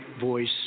voice